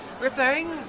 referring